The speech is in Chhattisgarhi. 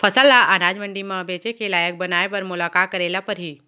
फसल ल अनाज मंडी म बेचे के लायक बनाय बर मोला का करे ल परही?